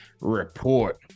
report